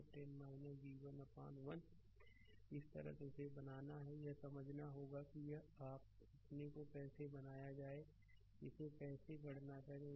तो 10 v1 अपान 1 इस तरह से इसे बनाना है यह समझना होगा कि यह अपने को कैसे बनाया जाए इसे कैसे गणना करें